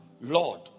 Lord